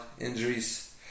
injuries